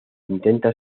intentan